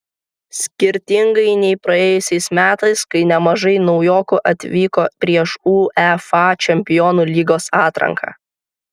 skirtingai nei praėjusiais metais kai nemažai naujokų atvyko prieš uefa čempionų lygos atranką